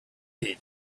din